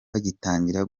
bagitangira